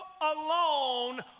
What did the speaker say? alone